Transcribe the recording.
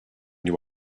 you